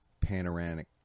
panoramic